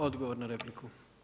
Odgovor na repliku.